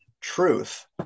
truth